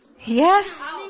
Yes